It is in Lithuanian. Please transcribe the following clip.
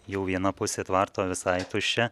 jau viena pusė tvarto visai tuščia